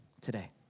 today